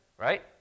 right